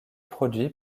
produit